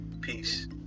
Peace